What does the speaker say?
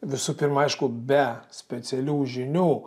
visų pirma aišku be specialių žinių